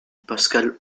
pascal